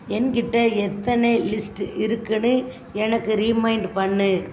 என்கிட்ட எத்தனை லிஸ்ட்டு இருக்குன்னு எனக்கு ரீமைண்ட் பண்ணு